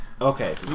Okay